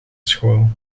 school